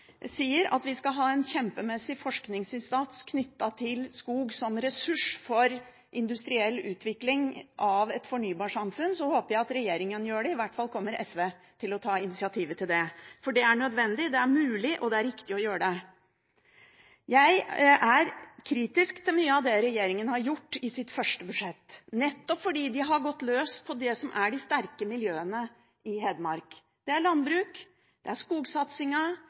vi skal ha en kjempemessig forskningsinstans knyttet til skog som ressurs for industriell utvikling av et fornybarsamfunn, håper jeg at regjeringen gjør det. I hvert fall kommer SV til å ta initiativet til det, for det er nødvendig, det er mulig, og det er riktig å gjøre det. Jeg er kritisk til mye av det regjeringen har gjort i sitt første budsjett, nettopp fordi de har gått løs på det som er de sterke miljøene i Hedmark – det er landbruket, det er